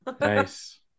Nice